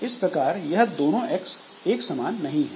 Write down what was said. इस प्रकार यह दोनों X एक समान नहीं है